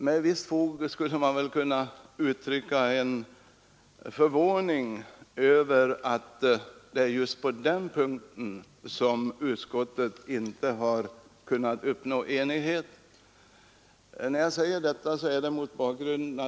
Med visst fog skulle man väl kunna uttrycka förvåning över att det är just på denna punkt som utskottet inte har kunnat uppnå enighet.